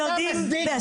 אתה מצדיק זריקת אבנים?